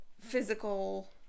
physical